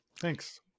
Thanks